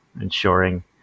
ensuring